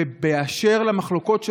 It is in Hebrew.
אשר למחלוקות שלנו,